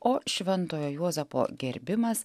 o šventojo juozapo gerbimas